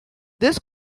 this